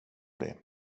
det